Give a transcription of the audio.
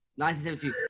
1972